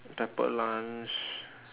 pepper lunch